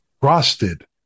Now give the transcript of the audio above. frosted